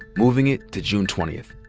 moving it to june twentieth.